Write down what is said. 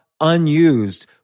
unused